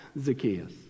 Zacchaeus